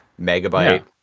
Megabyte